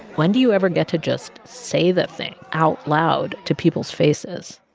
when do you ever get to just say the thing out loud to people's faces?